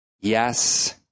yes